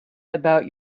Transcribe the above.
about